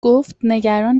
گفتنگران